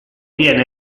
viene